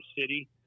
city